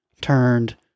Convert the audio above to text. turned